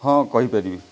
ହଁ କହିପାରିବି